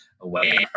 away